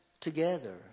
together